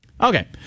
Okay